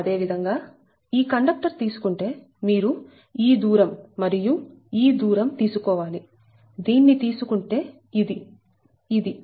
అదేవిధంగా ఈ కండక్టర్ తీసుకుంటే మీరు ఈ దూరం మరియు ఈ దూరం తీసుకోవాలి దీన్ని తీసుకుంటే ఇదిఇది